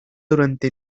durante